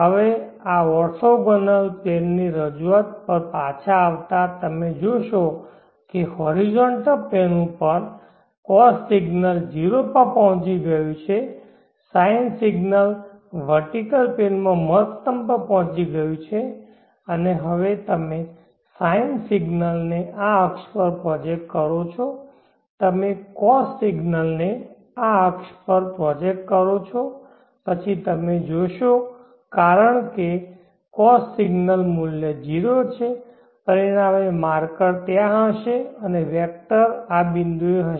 હવે આ orthogonal plane ની રજૂઆત પર પાછા આવતાં તમે જોશો કે હોરિઝોન્ટલ પ્લેન પર cos સિગ્નલ 0 પર પહોંચી ગયું છે sine સિગ્નલ વેર્ટીકેલ પ્લેન માં મહત્તમ પર પહોંચી ગયું છે અને હવે તમે sine સિગ્નલને આ અક્ષ પર પ્રોજેકટ કરો છો તમે cos સિગ્નલને આ અક્ષ પર પ્રોજેકટ કરો છો પછી તમે જોશો કારણ કે કોસ સિગ્નલ મૂલ્ય 0 છે પરિણામે માર્કર ત્યાં હશે અને વેક્ટર આ બિંદુએ હશે